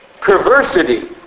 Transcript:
perversity